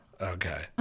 okay